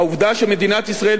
העובדה שמדינת ישראל,